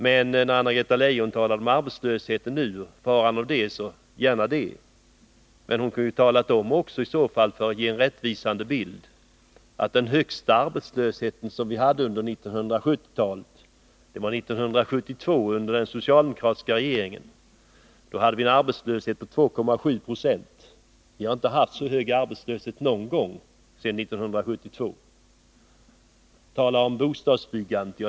Anna-Greta Leijon talade om arbetslösheten nu och faran med den — och gärna det. Men hon kunde ju i så fall också, för att ge en rättvisande bild, ha talat om att den högsta arbetslösheten som vi hade under 1970-talet hade vi år 1972, under den socialdemokratiska regeringen. Då hade vi en arbetslöshet på 2,7 Yo. Vi har inte haft så hög arbetslöshet någon gång sedan 1972. Vidare talas det om bostadsbyggandet.